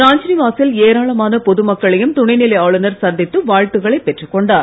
ராஜ்நிவா சில் ஏராளமான பொதுமக்களையும் துணைநிலை ஆளுனர் சந்தித்து வாழ்த்துக்களைப் பெற்றுக்கொண்டார்